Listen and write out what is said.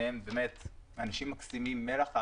שניהם באמת אנשים מקסימים, מלח הארץ,